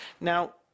Now